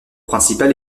principale